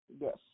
Yes